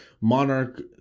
Monarch